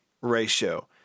ratio